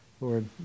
Lord